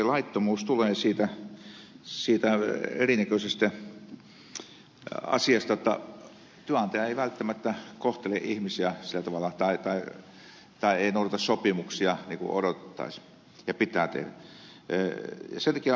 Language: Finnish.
laittomuus tulee siitä erinäköisestä asiasta jotta työnantaja ei välttämättä kohtele ihmisiä sillä tavalla tai ei noudata sopimuksia niin kuin odottaisi ja pitäisi tehdä